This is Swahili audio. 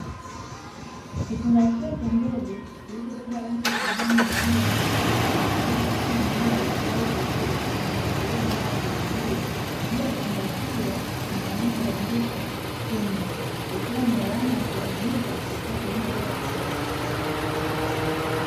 Kifungashio cha mbegu kilichobeba rangi ya kijani na rangi ya njano kikiwa na picha ya mmea uliostawi vizuri inayoashiria ubora wa mbegu hiyo, juu ya kifungashio kuna maneno yaliyoandikwa "Simlaw" ikiwa ni alama ya kuaminika katika kilimo bora cha mbegu.